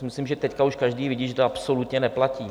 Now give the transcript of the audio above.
Myslím, že teď už každý vidí, že to absolutně neplatí.